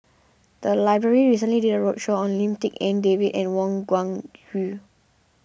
the library recently did a roadshow on Lim Tik En David and Wang Gungwu